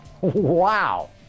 Wow